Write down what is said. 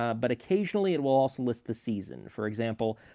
ah but occasionally it will also list the season. for example,